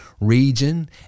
region